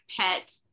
pet